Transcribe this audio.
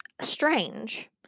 strange